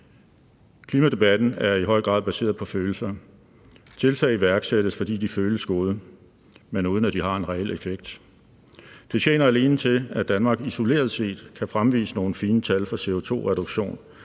Klimadebatten er i høj grad baseret på følelser. Følelser iværksættes, fordi de føles gode, men uden at de har en reel effekt. Det tjener alene til, at Danmark isoleret set kan fremvise nogle fine tal for CO2-reduktion,